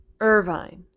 Irvine